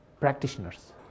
practitioners